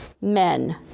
men